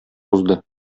узды